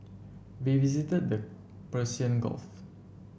we visited the Persian Gulf